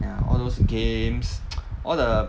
ya all those games all the